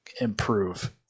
improve